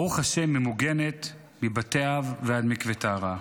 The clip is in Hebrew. ברוך השם, ממוגנת מבתי האב ועד מקווה טהרה.